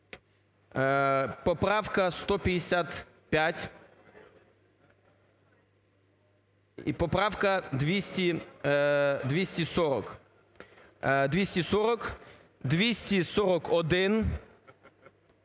поправка 155 і поправка 240. 240, 241,